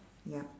yup